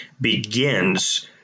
begins